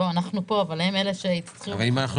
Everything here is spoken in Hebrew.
אנחנו פה אבל הם אלה שיצטרכו לפעול.